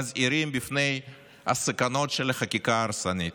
מזהירים מפני הסכנות של החקיקה ההרסנית.